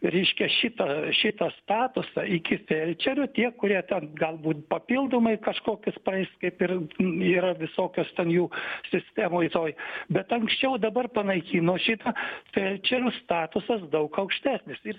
reiškia šitą šitą statusą iki felčerio tie kurie ten galbūt papildomai kažkokius praeis kaip ir yra visokios ten jų sistemoj toj bet anksčiau dabar panaikino šitą felčerių statusas daug aukštesnis ir